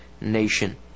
nation